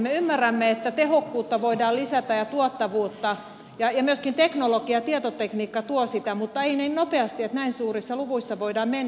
me ymmärrämme että tehokkuutta voidaan lisätä ja tuottavuutta ja myöskin teknologia ja tietotekniikka tuo sitä mutta ei niin nopeasti että näin suurissa luvuissa voidaan mennä